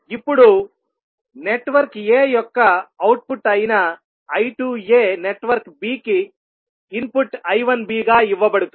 ఇప్పుడు network a యొక్క output అయిన I2a నెట్వర్క్ b కి ఇన్పుట్ I1bగా ఇవ్వబడుతుంది